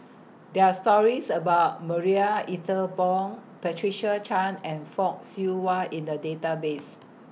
There Are stories about Marie Ethel Bong Patricia Chan and Fock Siew Wah in The Database